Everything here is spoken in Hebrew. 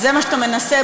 ממש לא.